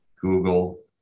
Google